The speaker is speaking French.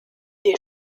les